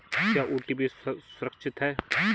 क्या ओ.टी.पी सुरक्षित है?